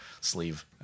Sleeve